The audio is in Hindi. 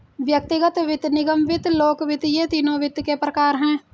व्यक्तिगत वित्त, निगम वित्त, लोक वित्त ये तीनों वित्त के प्रकार हैं